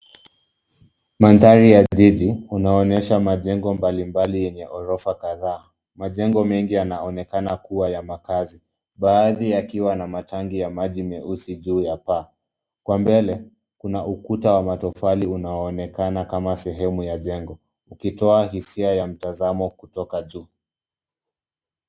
Mandhari ya jiji unaonyesha majengo mbali mbali yenye ghorofa kadhaa. majengo mengi yanaonekana kuwa ya makazi, baadhi yakiwa na matangi ya maji, meusi juu ya paa. Kwa mbele ukuta wa matofali unaoonekana kama sehemu ya jengo ukitoa hisia ya mtazamo kutoka juu.